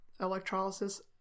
electrolysis